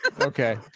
Okay